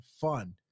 fun